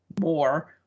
more